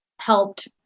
helped